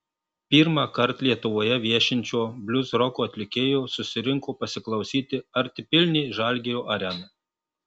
pirmąkart lietuvoje viešinčio bliuzroko atlikėjo susirinko pasiklausyti artipilnė žalgirio arena